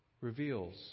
reveals